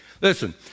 Listen